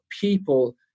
people